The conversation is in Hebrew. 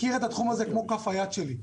מכיר את התחום הזה כמו את כף היד שלי.